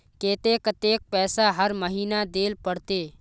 केते कतेक पैसा हर महीना देल पड़ते?